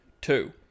Two